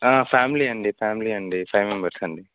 family అండీ family అండీ five members అండీ